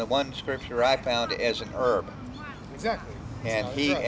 that one scripture i found as an urban exactly and